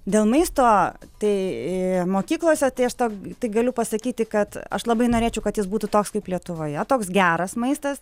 dėl maisto tai mokyklose tai aš tau tai galiu pasakyti kad aš labai norėčiau kad jis būtų toks kaip lietuvoje toks geras maistas